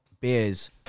beers